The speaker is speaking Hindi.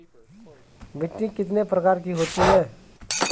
मिट्टी कितने प्रकार की होती है?